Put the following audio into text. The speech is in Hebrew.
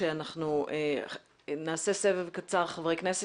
שאנחנו נעשה סבב קצר חברי כנסת,